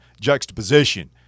juxtaposition